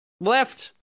left